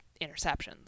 interceptions